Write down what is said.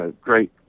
great